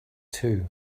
too